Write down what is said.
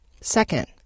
Second